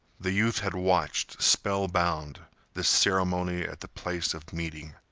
the youth had watched, spellbound, this ceremony at the place of meeting.